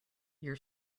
your